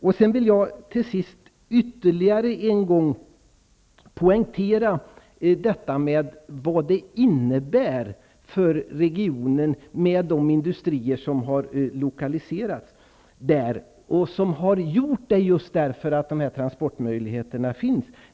Till sist vill jag ytterligare en gång poängtera vad sjöfarten innebär för regionen och de industrier som lokaliserats dit just därför att dessa transportmöjligheter finns.